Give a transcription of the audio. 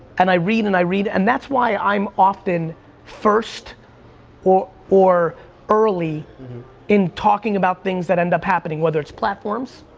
and i read and i read, and that's why i'm often first or or early in talking about things that ended up happening whether it's platforms,